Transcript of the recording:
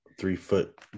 three-foot